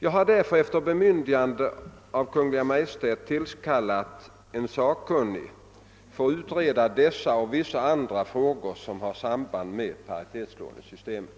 Jag har därför efter bemyndigande av Kungl. Maj:t tillkallat en sakkunnig för att utreda dessa och vissa andra frågor som har samband med paritetslånesystemet.